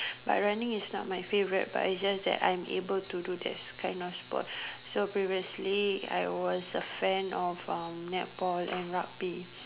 but running is not my favourite but is just that I am able to do this kind of sport so previously I was a fan of uh netball and rugby